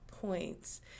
points